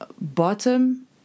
bottom